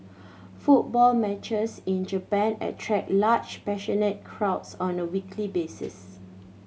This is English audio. football matches in Japan attract large passionate crowds on a weekly basis